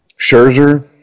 Scherzer